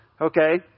okay